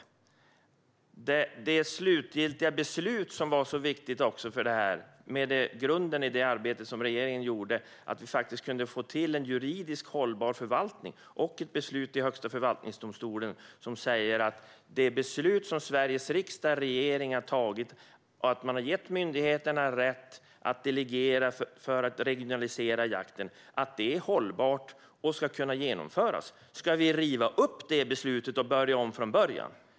När det gäller det slutgiltiga beslut som var så viktigt för detta, med grunden i det arbete som regeringen gjorde, kunde vi få till en juridiskt hållbar förvaltning och ett beslut i Högsta förvaltningsdomstolen som säger att det beslut som Sveriges riksdag och regering har tagit, där man har gett myndigheterna rätt att delegera för att regionalisera jakten, är hållbart och ska kunna genomföras. Ska vi riva upp beslutet och börja om från början?